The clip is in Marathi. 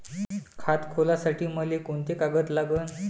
खात खोलासाठी मले कोंते कागद लागन?